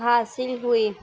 حاصل ہوئی